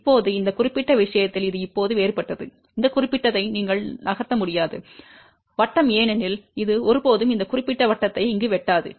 இப்போது இந்த குறிப்பிட்ட விஷயத்தில் இது இப்போது வேறுபட்டது இந்த குறிப்பிட்டதை நீங்கள் நகர்த்த முடியாது வட்டம் ஏனெனில் இது ஒருபோதும் இந்த குறிப்பிட்ட வட்டத்தை இங்கு வெட்டாது